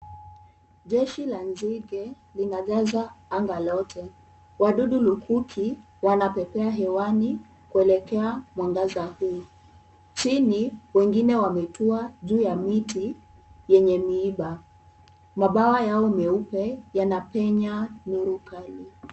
Jeshi la nzige linajaza anga lote. Wadudu lukuki, wanapepea hewani, kuelekea mwangaza mkuu. Chini wengine wametua juu ya miti, yenye miiba. Mabawa yao meupe yanapenya nuru kali.